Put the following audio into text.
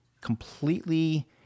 completely